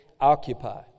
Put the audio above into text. Occupy